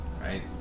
right